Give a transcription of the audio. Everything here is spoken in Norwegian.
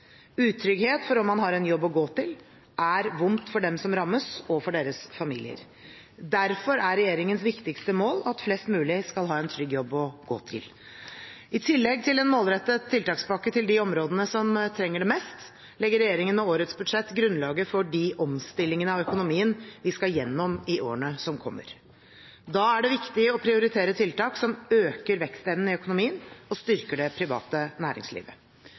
Utrygghet for om man har en jobb å gå til, er vondt for dem som rammes og for deres familier. Derfor er regjeringens viktigste mål at flest mulig skal ha en trygg jobb å gå til. I tillegg til en målrettet tiltakspakke til de områdene som trenger det mest, legger regjeringen med årets budsjett grunnlaget for de omstillingene av økonomien vi skal gjennom i årene som kommer. Da er det viktig å prioritere tiltak som øker vekstevnen i økonomien og styrker det private næringslivet.